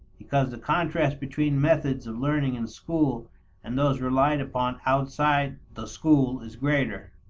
because the contrast between methods of learning in school and those relied upon outside the school is greater.